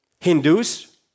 Hindus